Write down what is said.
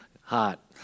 hot